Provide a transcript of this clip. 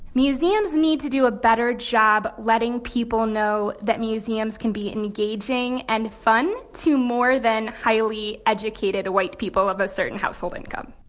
museums need to do a better job letting people know that museums can be engaging and fun to more than highly-educated white people of a certain household income.